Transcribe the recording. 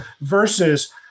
versus